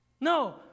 No